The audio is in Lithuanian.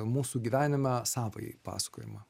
mūsų gyvenime savąjį pasakojimą